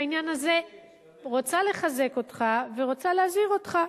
בעניין הזה אני רוצה לחזק אותך ורוצה להזהיר אותך.